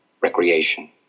recreation